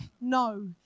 no